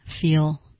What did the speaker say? feel